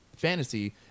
fantasy